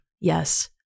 Yes